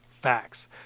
Facts